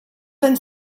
anys